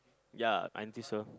ya I think so